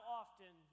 often